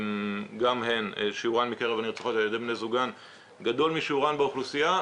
גם הן שיעורן בקרב הנרצחות על ידי בני זוגן גדול משיעורן באוכלוסייה.